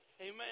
Amen